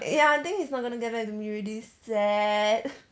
ya I think he's not going to get back to me already sad